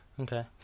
Okay